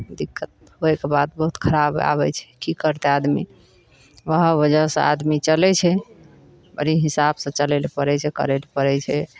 दिक्कत होइके बाद बहुत खराब आबै छै की करतै आदमी ओहए वजह से आदमी चलै छै बड़ी हिसाब से चलै लए पड़ै छै करै लए पड़ै छै